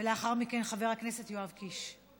ולאחר מכן, חבר הכנסת יואב קיש.